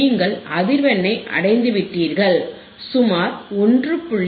நீங்கள் அதிர்வெண்ணை அடைந்துவிட்டீர்கள் சுமார் 1